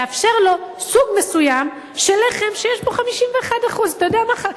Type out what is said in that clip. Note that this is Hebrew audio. לאפשר לו סוג מסוים של לחם שיש בו 51% אתה יודע מה?